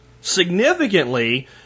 significantly